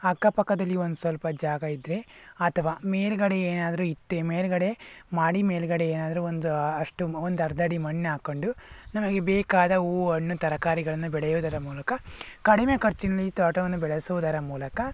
ಅಕ್ಕಪಕ್ಕದಲ್ಲಿ ಒಂದು ಸ್ವಲ್ಪ ಜಾಗ ಇದ್ದರೆ ಅಥವಾ ಮೇಲುಗಡೆ ಏನಾದ್ರೂ ಇಟ್ಟು ಮೇಲುಗಡೆ ಮಹಡಿ ಮೇಲುಗಡೆ ಏನಾದ್ರೂ ಒಂದು ಅಷ್ಟು ಒಂದು ಅರ್ಧಡಿ ಮಣ್ಣು ಹಾಕ್ಕಂಡು ನಮಗೆ ಬೇಕಾದ ಹೂವು ಹಣ್ಣು ತರಕಾರಿಗಳನ್ನು ಬೆಳೆಯುವುದರ ಮೂಲಕ ಕಡಿಮೆ ಖರ್ಚಿನಲ್ಲಿ ತೋಟವನ್ನು ಬೆಳೆಸುವುದರ ಮೂಲಕ